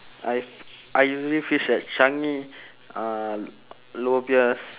I I usually fish at changi uh lower peirce